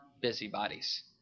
busybodies